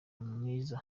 mwiza